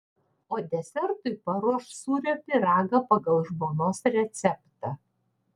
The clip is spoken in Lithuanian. o desertui paruoš sūrio pyragą pagal žmonos receptą